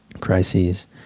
crises